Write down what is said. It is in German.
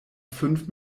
fünf